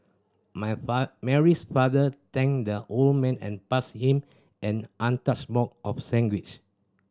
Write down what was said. my Mary's father thanked the old man and passed him an untouched box of sandwich